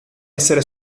essere